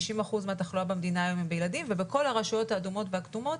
60% מהתחלואה במדינה היום היא בילדים ובכל הרשויות האדומות והכתומות